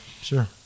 sure